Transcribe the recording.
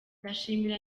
ndashimira